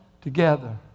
together